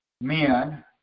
men